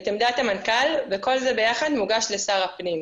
את עמדת המנכ"ל, וכל זה ביחד מוגש לשר הפנים.